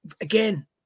Again